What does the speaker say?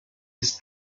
his